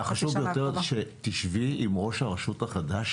והחשוב ביותר הוא שתשבי עם ראש הרשות החדש